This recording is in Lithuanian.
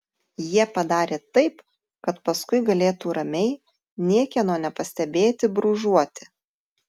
jie padarė taip kad paskui galėtų ramiai niekieno nepastebėti brūžuoti